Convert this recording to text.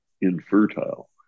infertile